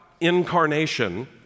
incarnation